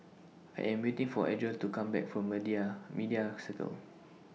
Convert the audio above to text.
I Am waiting For Adriel to Come Back from Media Circle